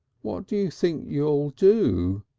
what do you think you'll do?